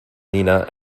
nina